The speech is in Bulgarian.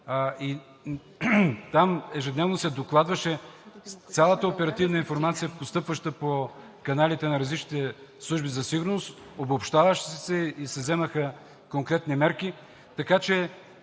и там ежедневно се докладваше цялата оперативна информация, постъпваща по каналите на различните служби за сигурност, обобщаваше се и се вземаха конкретни мерки.